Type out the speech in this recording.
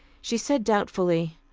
she said doubtfully,